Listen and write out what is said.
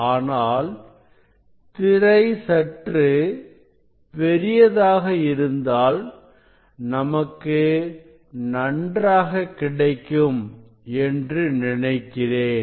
ஆனால் திரை சற்று பெரியதாக இருந்தால் நமக்கு நன்றாக கிடைக்கும் என்று நினைக்கிறேன்